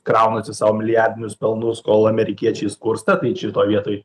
kraunasi sau milijardinius pelnus kol amerikiečiai skursta kai šitoj vietoj